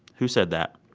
who said that?